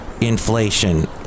inflation